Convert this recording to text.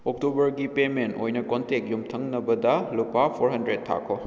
ꯑꯣꯛꯇꯣꯕꯔꯒꯤ ꯄꯦꯃꯦꯟ ꯑꯣꯏꯅ ꯀꯣꯟꯇꯦꯛ ꯌꯨꯝꯊꯪꯅꯕꯗ ꯂꯨꯄꯥ ꯐꯣꯔ ꯍꯟꯗ꯭ꯔꯦꯠ ꯊꯥꯈꯣ